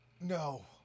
No